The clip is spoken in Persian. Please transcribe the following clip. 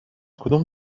کدوم